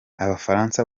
abafaransa